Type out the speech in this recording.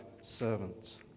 servants